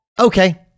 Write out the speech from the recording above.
Okay